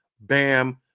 bam